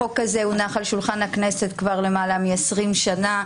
החוק הזה הונח על שולחן הכנסת כבר לפני יותר מ-20 שנה,